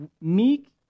Meek